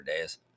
days